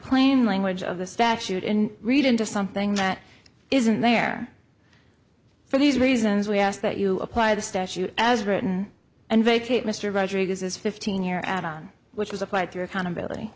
plain language of the statute and read into something that isn't there for these reasons we ask that you apply the statute as written and vacate mr rodriguez his fifteen year out on which was applied to accountability